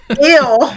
Ew